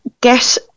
get